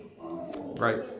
right